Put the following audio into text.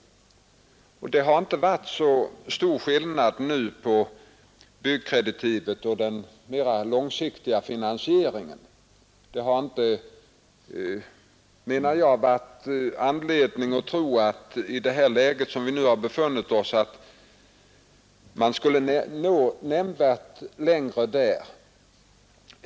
Det har inte varit så stor skillnad nu på räntan för byggkreditivet och den mera långsiktiga finansieringen. Det har inte, menar jag, varit anledning att tro att vi där skulle nå nämnvärt längre i det läge vi har befunnit oss.